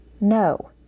No